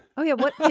oh yeah. what.